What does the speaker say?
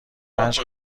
پنج